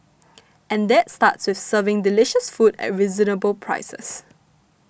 and that starts with serving delicious food at reasonable prices